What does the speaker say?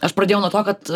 aš pradėjau nuo to kad